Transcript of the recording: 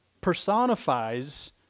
personifies